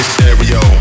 Stereo